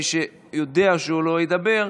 מי שיודע שהוא לא ידבר,